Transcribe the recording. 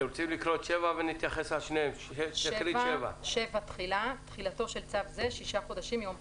תחילה 7. תחילתו של צו זה שישה חודשים מיום פרסומו.